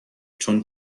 چون